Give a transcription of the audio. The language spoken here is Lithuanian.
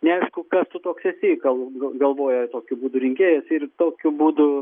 neaišku kas tu toks esi gal galvoja tokiu būdu rinkėjas ir tokiu būdu